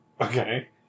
Okay